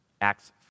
Acts